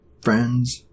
friends